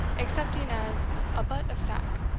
excepting as a butt of sack.